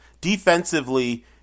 defensively